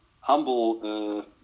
humble